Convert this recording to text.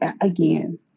again